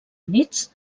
units